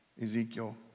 Ezekiel